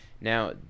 Now